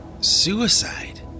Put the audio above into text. suicide